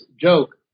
joke